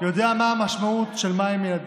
יודע מה המשמעות של ילדים,